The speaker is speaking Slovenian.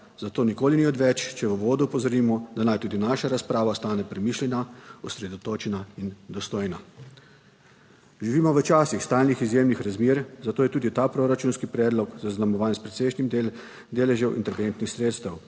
zato nikoli ni odveč, če v uvodu opozorimo, da naj tudi naša razprava ostane premišljena, osredotočena in dostojna. Živimo v časih stalnih izjemnih razmer, zato je tudi ta proračunski predlog zaznamovan s precejšnjim deležev interventnih sredstev,